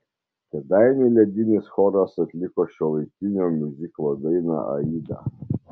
kėdainių ledinis choras atliko šiuolaikinio miuziklo dainą aida